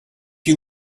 you